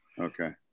okay